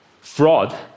Fraud